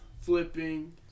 flipping